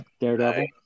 Daredevil